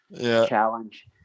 challenge